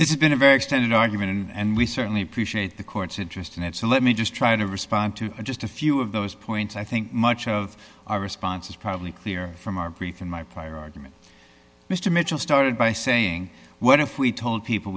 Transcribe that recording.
is been a very extended argument and we certainly appreciate the court's interest in it so let me just try to respond to just a few of those points i think much of our response is probably clear from our brief in my prior argument mr mitchell started by saying what if we told people